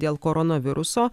dėl koronaviruso